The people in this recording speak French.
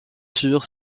sur